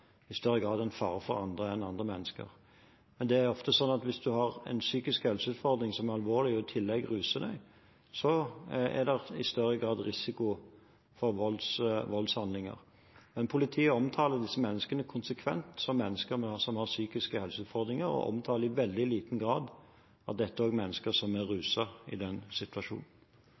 i større grad en fare for andre enn andre mennesker. Men det er ofte sånn at hvis du har en psykisk helseutfordring som er alvorlig, og i tillegg ruser deg, er det i større grad risiko for voldshandlinger. Politiet omtaler disse menneskene konsekvent som mennesker som har psykiske helseutfordringer, og omtaler i veldig liten grad at dette også er mennesker som er ruset i den situasjonen.